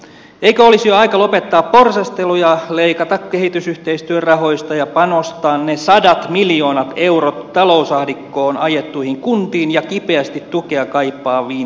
eikö olisi jo aika lopettaa porsastelu ja leikata kehitysyhteistyörahoista ja panostaa ne sadat miljoonat eurot talousahdinkoon ajettuihin kuntiin ja kipeästi tukea kaipaaviin kotimaan kansalaisiin